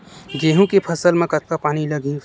गेहूं के फसल म कतका पानी लगही?